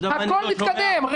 הכול מתקדם.